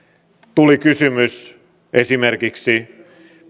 tuli kysymys esimerkiksi